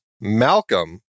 Malcolm